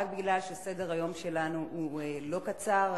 רק מפני שסדר-היום שלנו הוא לא קצר.